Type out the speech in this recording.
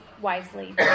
wisely